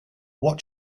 what